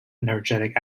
energetic